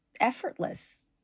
effortless